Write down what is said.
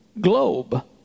globe